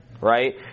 right